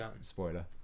Spoiler